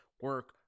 Work